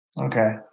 Okay